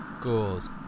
ghouls